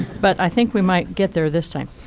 but i think we might get there this time.